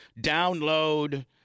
download